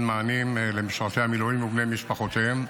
מענים למשרתי המילואים ובני משפחותיהם.